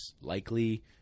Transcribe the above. likely